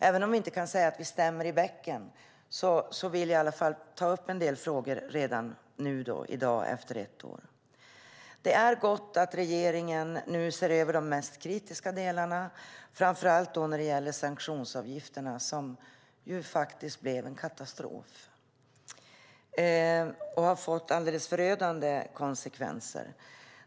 Även om vi inte kan säga att vi stämmer i bäcken vill jag i alla fall ta upp en del frågor redan nu i dag, efter ett år. Det är gott att regeringen nu ser över de mest kritiska delarna, framför allt när det gäller sanktionsavgifterna, som faktiskt blev en katastrof och har fått förödande konsekvenser.